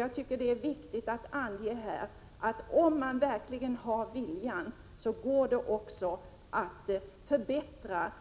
Jag tycker att det är viktigt att här ange att om man verkligen har viljan så går det också att förbättra